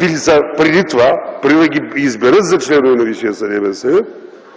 били преди това, преди да ги изберат за членове на Висшия съдебен съвет,